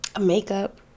makeup